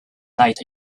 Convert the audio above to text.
night